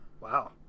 Wow